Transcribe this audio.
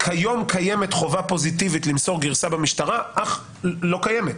כיום קיימת חובה פוזיטיבית למסור גרסה במשטרה אך לא קיימת